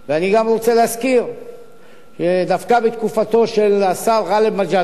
אני גם רוצה להזכיר שדווקא בתקופתו של השר גאלב מג'אדלה,